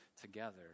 together